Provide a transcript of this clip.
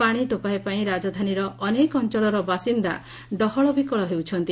ପାଶି ଟୋପାଏ ପାଇଁ ରାଜଧାନୀର ଅନେକ ଅଞ୍ଅଳର ବାସିନ୍ଦା ଡହଳବିକଳ ହେଉଛନ୍ତି